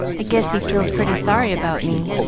i guess he feels pretty sorry about me.